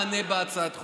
מענה בהצעת החוק: